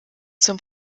zum